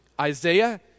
Isaiah